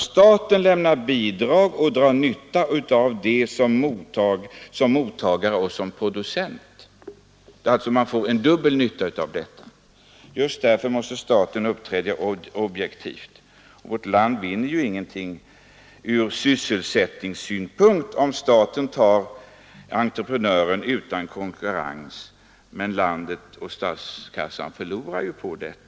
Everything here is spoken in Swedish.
Staten lämnar bidrag och drar nytta av det som mottagare och producent. Man får alltså dubbel nytta av bidraget. Just därför måste staten uppträda objektivt. Vårt land vinner ju ingenting från sysselsättningssynpunkt om staten utser entreprenören utan konkurrens, men landet och statskassan förlorar på det.